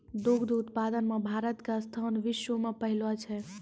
दुग्ध उत्पादन मॅ भारत के स्थान विश्व मॅ पहलो छै